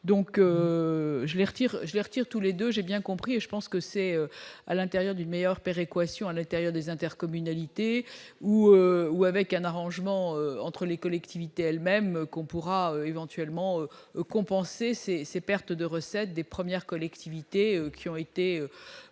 retire, je retire tous les 2, j'ai bien compris et je pense que c'est à l'intérieur d'une meilleure péréquation à l'intérieur des intercommunalités ou ou avec un arrangement entre les collectivités elles-mêmes qu'on pourra éventuellement compenser ces ces pertes de recettes des premières collectivités qui ont été